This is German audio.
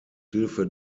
hilfe